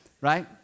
Right